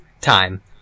time